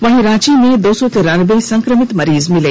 वहीं रांची में दो सौ तिरानबे संक्रमित मरीज हैं